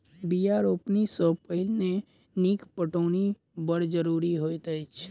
बीया रोपनी सॅ पहिने नीक पटौनी बड़ जरूरी होइत अछि